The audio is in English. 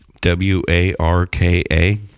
W-A-R-K-A